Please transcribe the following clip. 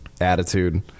attitude